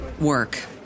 work